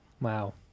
Wow